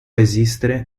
esistere